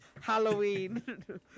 halloween